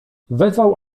wezwał